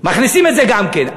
מכניסים את זה גם כן.